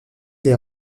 les